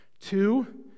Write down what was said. Two